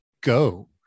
go